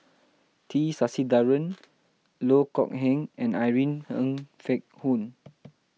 T Sasitharan Loh Kok Heng and Irene Ng Phek Hoong